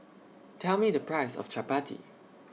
Tell Me The Price of Chappati